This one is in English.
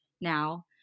now